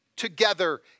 together